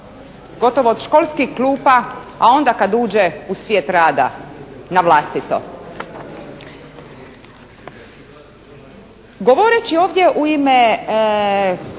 gotovo od školskih klupa, a onda kad uđe u svijet rada na vlastito. Govoreći ovdje u ime